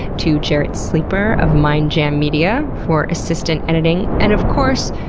to jarret sleeper of mindjam media for assistant editing, and of course,